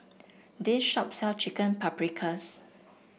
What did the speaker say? this shop sell Chicken Paprikas